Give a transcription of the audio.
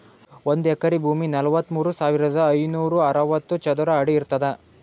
ಒಂದ್ ಎಕರಿ ಭೂಮಿ ನಲವತ್ಮೂರು ಸಾವಿರದ ಐನೂರ ಅರವತ್ತು ಚದರ ಅಡಿ ಇರ್ತದ